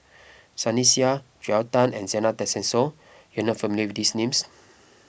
Sunny Sia Joel Tan and Zena Tessensohn you are not familiar with these names